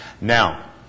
Now